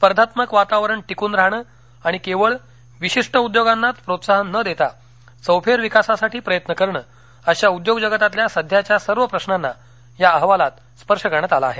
स्पर्धात्मक वातावरणात टिकून राहणं आणि केवळ विशिष्ट उद्योगांनाच प्रोत्साहन न देता चौफेर विकासासाठी प्रयत्न करणं अशा उद्योग जगतातल्या सध्याच्या सर्व प्रश्ना या अहवालात स्पर्श करण्यात आला आहे